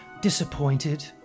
disappointed